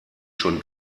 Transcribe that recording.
schon